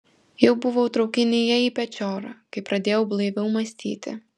jau buvau traukinyje į pečiorą kai pradėjau blaiviau mąstyti